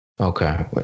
Okay